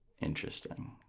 interesting